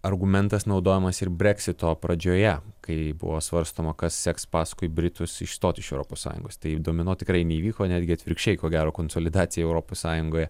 argumentas naudojamas ir breksito pradžioje kai buvo svarstoma kas seks paskui britus išstoti iš europos sąjungos tai domino tikrai neįvyko netgi atvirkščiai ko gero konsolidacija europos sąjungoje